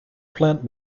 plant